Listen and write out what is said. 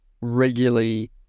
regularly